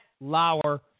Lauer